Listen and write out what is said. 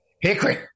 Hickory